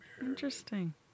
Interesting